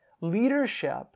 Leadership